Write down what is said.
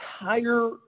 entire